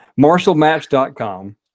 MarshallMatch.com